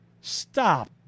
Stop